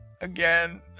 again